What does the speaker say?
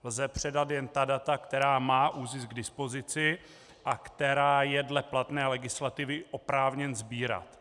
Lze předat jen ta data, která má ÚZIS k dispozici a která je dle platné legislativy oprávněn sbírat.